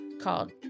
called